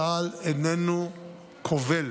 צה"ל איננו כובל